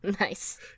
Nice